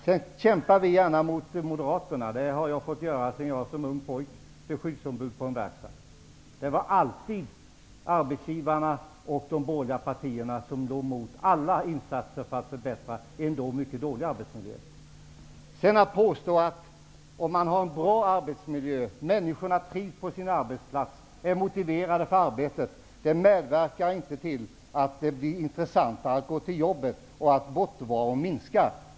Vi kämpar gärna mot Moderaterna. Det har jag fått göra sedan jag som ung pojke blev skyddsombud på en verkstad. Det var alltid arbetsgivarna och de borgerliga partierna som gick emot alla insatser för att förbättra en då mycket dålig arbetsmiljö. Jag tror att Kent Olsson är ganska ensam om uppfattningen att det förhållandet att man har en bra arbetsmiljö, att människorna trivs på sitt arbete och att de är motiverade för sitt arbete inte är något som medverkar till att det blir intressantare att gå till jobbet och till att bortovaron minskar.